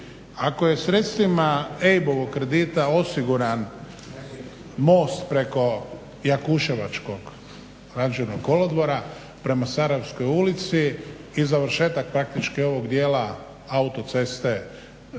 Ako je sredstvima EIB-ovog kredita osigurana most preko Jakuševačkog ranžirnog kolodvora prema Sarajevskoj ulici i završetak praktički ovog djela autoceste